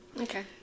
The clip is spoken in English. Okay